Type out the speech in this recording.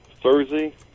Thursday